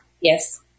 Yes